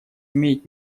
имеет